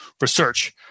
research